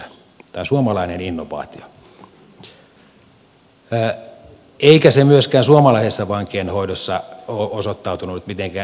tämä on suomalainen innovaatio eikä se myöskään suomalaisessa vankeinhoidossa ole osoittautunut mitenkään erityisesti